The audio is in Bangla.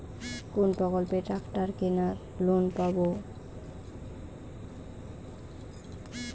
কোন প্রকল্পে ট্রাকটার কেনার লোন পাব?